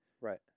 Right